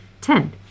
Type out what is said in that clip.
Ten